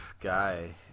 guy